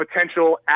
potential